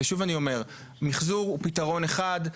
ושוב אני אומר, מחזור הוא פתרון אחד.